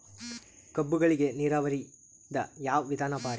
ಕಬ್ಬುಗಳಿಗಿ ನೀರಾವರಿದ ಯಾವ ವಿಧಾನ ಭಾರಿ?